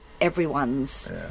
everyone's